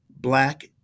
black